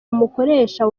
umukoresha